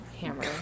hammer